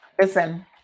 Listen